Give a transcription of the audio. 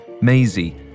Maisie